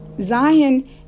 Zion